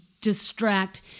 distract